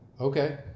Okay